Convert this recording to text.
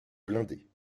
blindés